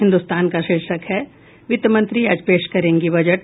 हिन्दुस्तान का शीर्षक है वित्त मंत्री आज पेश करेंगी बजट